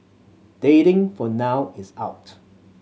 dating for now is out